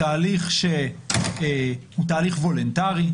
הוא תהליך וולונטרי,